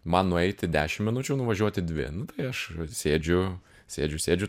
man nueiti dešim minučių nuvažiuoti dvi nu tai aš sėdžiu sėdžiu sėdžiu